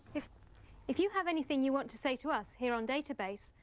if if you have anything you want to say to us here on database,